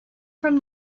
from